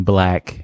Black